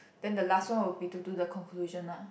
then the last one will be to do the conclusion lah